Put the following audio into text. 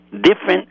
different